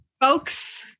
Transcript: folks